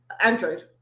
Android